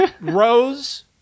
Rose